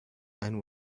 and